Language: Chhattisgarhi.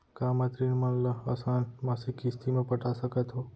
का मैं ऋण मन ल आसान मासिक किस्ती म पटा सकत हो?